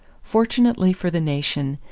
fortunately for the nation,